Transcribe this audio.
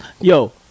Yo